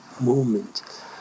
moment